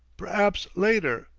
per'aps later.